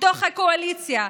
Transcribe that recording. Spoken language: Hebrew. בתוך הקואליציה,